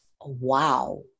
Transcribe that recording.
Wow